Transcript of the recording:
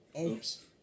Oops